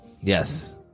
Yes